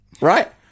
Right